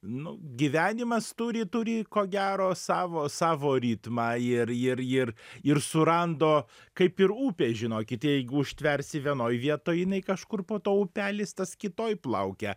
nu gyvenimas turi turi ko gero savo savo ritmą ir ir ir ir surando kaip ir upėj žinokit jeigu užtversi vienoj vietoj jinai kažkur po to upelis tas kitoj plaukia